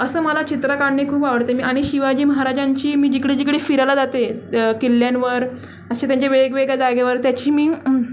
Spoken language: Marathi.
असं मला चित्र काढणे खूप आवडते मी आणि शिवाजी महाराजांची मी जिकडे जिकडे फिरायला जाते त किल्ल्यांवर असे त्यांच्या वेगवेगळ्या जागेवर त्याची मी